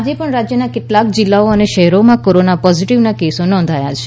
આજે પણ રાજ્યના કેટલાક જીલ્લાઓ અને શહેરોમાં કોરોના પોઝીટીવના કેસો નોંધાયા છે